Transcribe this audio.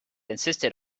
insisted